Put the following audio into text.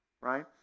Right